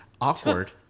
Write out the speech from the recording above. awkward